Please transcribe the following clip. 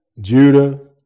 Judah